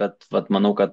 bet vat manau kad